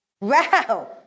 Wow